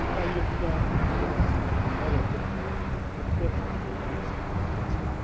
تَجرُبہٕ دار زٔمیٖن دار ژھانس منٛز چھِ اَسہِ واریاہ دکِت لگان